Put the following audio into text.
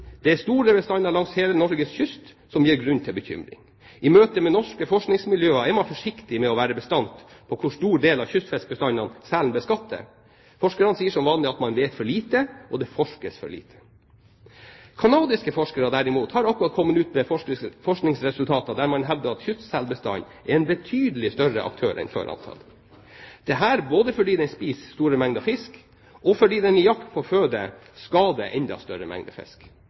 Det er store bestander langs hele Norges kyst, som gir grunn til bekymring. I møte med norske forskningsmiljøer er man forsiktig med å være bastant på hvor stor del av kystfiskbestandene selen beskatter. Forskerne sier som vanlig at man vet for lite, og at det forskes for lite. Kanadiske forskere derimot har akkurat kommet ut med forskningsresultater der man hevder at kystselbestanden er en betydelig større aktør enn før antatt, både fordi den spiser store mengder fisk, og fordi den i jakt på føde skader enda større mengder fisk.